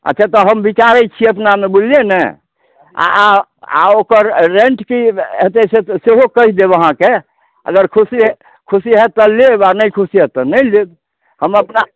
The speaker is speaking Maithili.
अच्छे तऽ हम बिचारैत छियै अपनामे बुझलियै नहि आ आ आ ओकर रेन्ट की होयतैक से तऽ सेहो कहि देब अहाँके अगर खुशी खुशी होएत तऽ लेब नहि खुशी होएत तऽ नहि लेब हम अपना